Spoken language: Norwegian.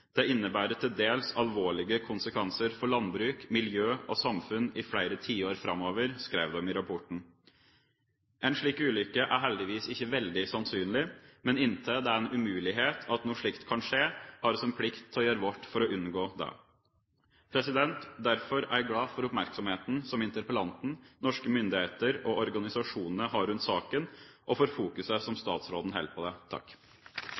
Det innebærer til dels alvorlige konsekvenser for landbruk, miljø og samfunn i flere tiår framover, skrev de i rapporten. En slik ulykke er heldigvis ikke veldig sannsynlig, men inntil det er en umulighet at noe slikt kan skje, har vi plikt til å gjøre vårt for å unngå det. Derfor er jeg glad for oppmerksomheten som interpellanten, norske myndigheter og organisasjoner har rundt saken, og for fokuset som statsråden holder på det.